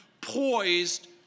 poised